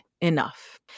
enough